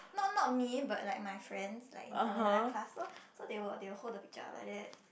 not not me but like my friend like from another classes so so they will they will hold the picture like that